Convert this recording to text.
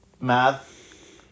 math